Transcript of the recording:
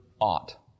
ought